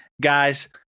Guys